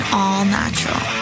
all-natural